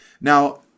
Now